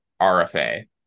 RFA